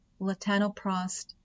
Latanoprost